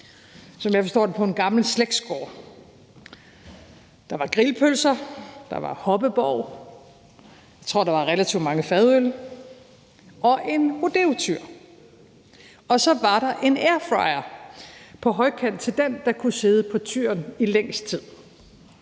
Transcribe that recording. som jeg forstår det, på en gammel slægtsgård. Der var grillpølser. Der var hoppeborg. Jeg tror, der var relativt mange fadøl og en rodeotyr, og så var der en airfryer på højkant til den, der kunne sidde på tyren i længst tid.